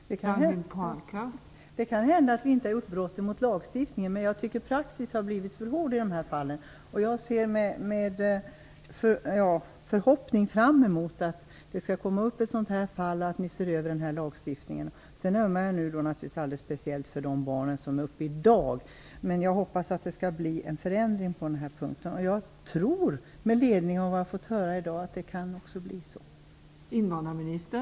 Fru talman! Det kan hända att vi inte har begått något brott mot lagstiftningen. Men jag tycker att praxis har blivit för hård i dessa fall. Jag ser med förhoppning fram emot att det skall komma upp ett fall av detta slag till regeringen och att ni ser över lagstiftningen. Jag ömmar naturligtvis alldeles speciellt för de barn vilkas fall är uppe till prövning i dag. Jag hoppas att det skall bli en förändring på denna punkt. Med ledning av vad jag har fått höra i dag tror jag också att det kan bli så.